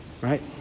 Right